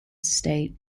estate